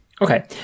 Okay